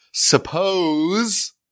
Suppose